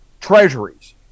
treasuries